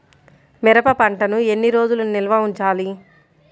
మిరప పంటను ఎన్ని రోజులు నిల్వ ఉంచాలి?